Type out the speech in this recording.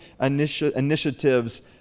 initiatives